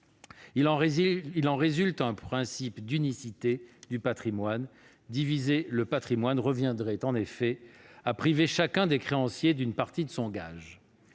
Il en résulte un principe d'unicité du patrimoine : diviser celui-ci reviendrait en effet à priver chacun des créanciers d'une partie de son gage.